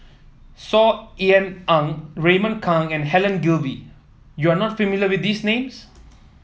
Saw Ean Ang Raymond Kang and Helen Gilbey you are not familiar with these names